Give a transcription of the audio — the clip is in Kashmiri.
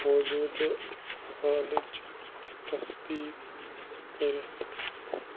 موجوٗدٕ حالٕچ تصدیٖق کٔرِتھ